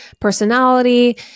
personality